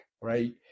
right